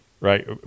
Right